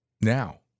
Now